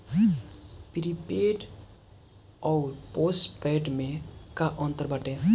Prepaid अउर postpaid में का अंतर बाटे?